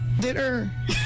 Dinner